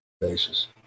basis